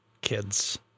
kids